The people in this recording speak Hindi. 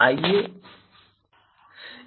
आइए आगे बढ़ते हैं